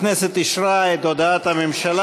הכנסת אישרה את הצעת הממשלה.